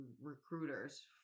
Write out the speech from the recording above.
recruiters